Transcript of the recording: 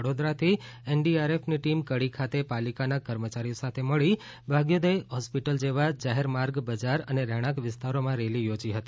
વડોદરાથી એનડીઆરએફની ટીમ કડી ખાતે પાલિકાના કર્મચારીઓ સાથે મળી ભાગ્યોદય હોસ્પિટલ જેવા જાહેર માર્ગ બજાર અને રહેણાંક વિસ્તારોમાં રેલી યોજી હતી